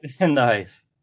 Nice